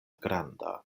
granda